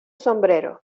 sombrero